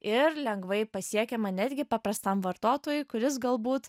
ir lengvai pasiekiama netgi paprastam vartotojui kuris galbūt